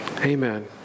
Amen